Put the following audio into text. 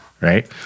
right